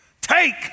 Take